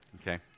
Okay